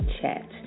chat